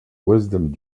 wisdom